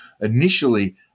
initially